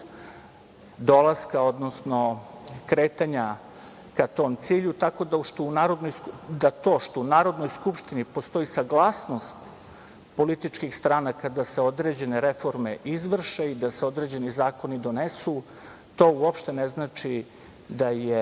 dolaska, odnosno kretanja ka tom cilju. Tako da, to što u Narodnoj skupštini postoji saglasnost političkih stranaka da se određene reforme izvrše i da se određeni zakoni donesu, to uopšte ne znači da je